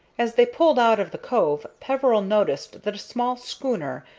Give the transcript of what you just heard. as they pulled out of the cove peveril noticed that a small schooner,